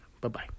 Bye-bye